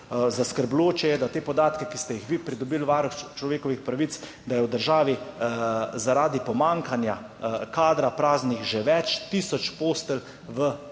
Zaskrbljujoče je, da te podatke, ki ste jih vi pridobili, Varuh človekovih pravic, da je v državi zaradi pomanjkanja kadra praznih že več tisoč postelj v